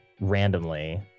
randomly